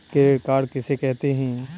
Credit card किसे कहते हैं?